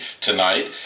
tonight